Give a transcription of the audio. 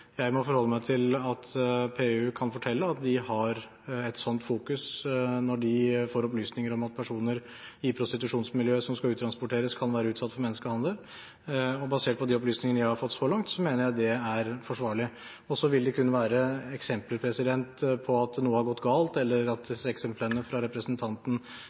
Jeg må forholde meg til at PU kan fortelle at de har et sånt fokus når de får opplysninger om at personer i prostitusjonsmiljøet som skal uttransporteres, kan være utsatt for menneskehandel, og basert på de opplysninger jeg har fått så langt, mener jeg det er forsvarlig. Så vil det kunne være eksempler på at noe har gått galt, eller at eksemplene fra representanten